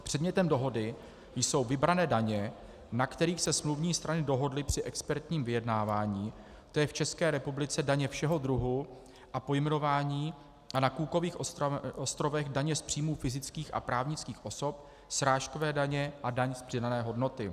Předmětem dohody jsou vybrané daně, na kterých se smluvní strany dohodly při expertním vyjednávání, tj. v České republice daně všeho druhu a pojmenování a na Cookových ostrovech daně z příjmů fyzických a právnických osob, srážkové daně a daň z přidané hodnoty.